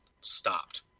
stopped